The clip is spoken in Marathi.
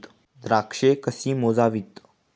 द्राक्षे कशी मोजावीत?